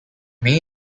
may